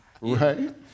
Right